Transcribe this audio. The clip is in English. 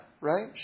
right